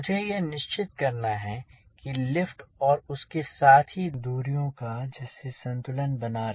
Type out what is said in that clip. मुझे यह निश्चित करना है कि लिफ्ट और उसके साथ ही दूरियों का जिससे संतुलन बना रहे